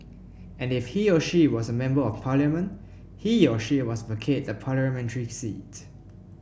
and if he or she was a Member of Parliament he or she must vacate the parliamentary seat